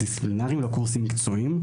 דיסציפלינריים, לא קורסים מקצועיים.